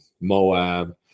moab